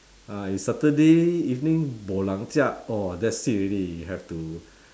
ah if saturday evening that's it already you have to